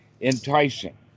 enticing